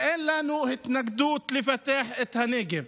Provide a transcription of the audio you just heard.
אין לנו התנגדות לפתח את הנגב,